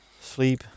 sleep